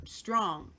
strong